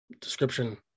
description